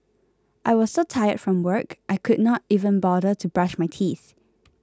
I was so tired from work I could not even bother to brush my teeth